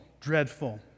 dreadful